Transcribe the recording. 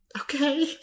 Okay